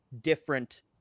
different